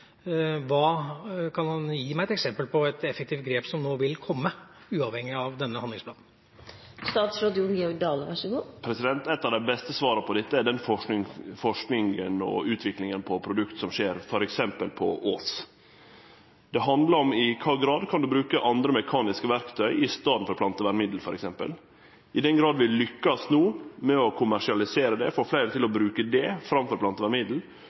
effektivt. Kan han gi meg et eksempel på et effektivt grep som vil komme, uavhengig av denne handlingsplanen? Eitt av dei beste svara på dette er den forskinga og utviklinga av produkt som skjer t.d. på Ås. Det handlar om i kva grad ein kan bruke mekaniske verktøy i staden for plantevernmiddel, t.d. I den grad vi lykkast med å kommersialisere det, få fleire til å bruke det framfor